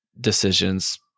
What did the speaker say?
decisions